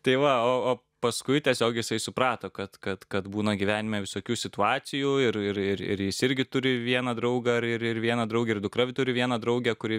tai va o o paskui tiesiog jisai suprato kad kad kad būna gyvenime visokių situacijų ir ir ir jis irgi turi vieną draugą ir ir ir vieną draugę ir dukra turi vieną draugę kuri